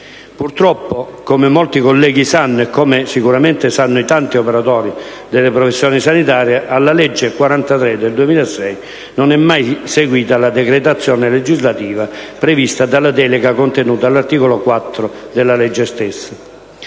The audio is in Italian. Purtroppo, come molti colleghi sanno e come sicuramente sanno i tanti operatori delle professioni sanitarie, alla legge n. 43 del 2006 non è mai seguita la decretazione legislativa prevista della delega contenuta all'articolo 4 della legge stessa.